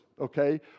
okay